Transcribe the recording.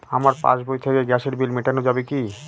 আমার পাসবই থেকে গ্যাসের বিল মেটানো যাবে কি?